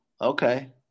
Okay